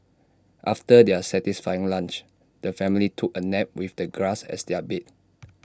after their satisfying lunch the family took A nap with the grass as their bed